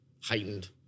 heightened